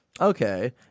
Okay